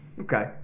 Okay